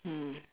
mm